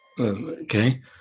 okay